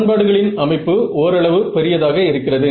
சமன்பாடுகளின் அமைப்பு ஓரளவு பெரியதாக இருக்கிறது